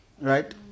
Right